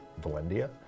Valendia